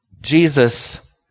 Jesus